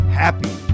happy